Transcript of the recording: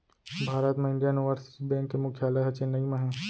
भारत म Indian Overseas Bank के मुख्यालय ह चेन्नई म हे